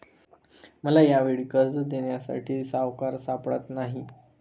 मला यावेळी कर्ज देण्यासाठी सावकार सापडत नाही